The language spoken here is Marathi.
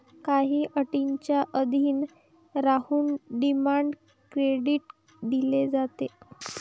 काही अटींच्या अधीन राहून डिमांड क्रेडिट दिले जाते